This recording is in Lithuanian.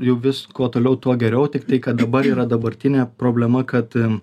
jau vis kuo toliau tuo geriau tiktai kad dabar yra dabartinė problema kad